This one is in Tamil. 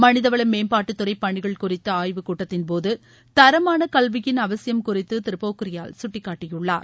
மனித வள மேம்பாட்டுத்துறை பணிகள் குறித்த ஆய்வு கூட்டத்தின்போது தரமான கல்வியின் அவசியம் குறித்து திரு போக்ரியால் சுட்டிக்காட்டியுள்ளார்